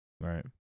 Right